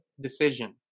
decision